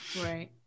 right